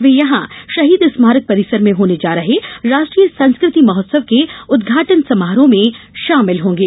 वे यहां शहीद स्मारक परिसर में होने जा रहे राष्ट्रीय संस्कृति महोत्सव के उद्घाटन समारोह में शामिल होंगे